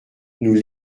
nous